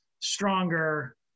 stronger